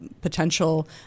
potential